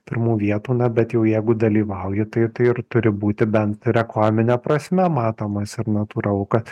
pirmų vietų na bet jau jeigu dalyvauji tai tai ir turi būti bent reklamine prasme matomas ir natūralu kad